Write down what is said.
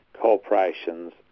corporations